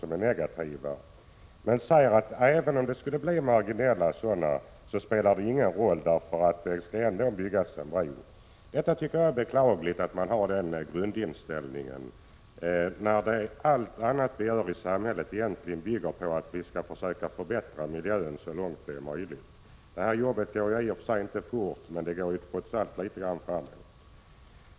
Men han säger att även om det skulle bli marginella negativa miljöaspekter spelar det ingen roll, eftersom det ändå skall byggas en bro. Jag tycker att det är beklagligt att han har denna grundinställning när allt annat i samhället bygger på att vi skall försöka förbättra miljön så långt som det är möjligt. Detta arbete går i och för sig inte fort, men det går trots allt litet grand framåt.